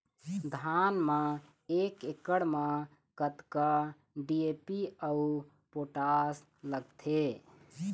धान म एक एकड़ म कतका डी.ए.पी अऊ पोटास लगथे?